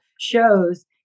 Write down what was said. shows